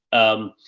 um,